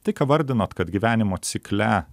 tai ką vardinot kad gyvenimo cikle